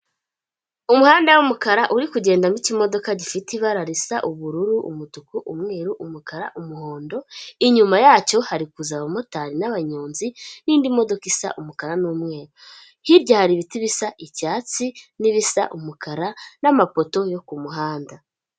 Umuhanda w'umukara uri kugendamo ikimodoka gifite ibara risa ubururu, umutuku, umweru, umukara, umuhondo, inyuma yacyo hari kuza abamotari n'abanyonzi n'indi modoka isa umukara n'umweru, hirya hari ibiti bisa icyatsi n'ibisa umukara n'amapoto yo kumuhanda.